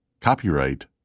copyright